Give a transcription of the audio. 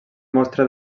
mostra